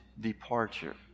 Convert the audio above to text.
departure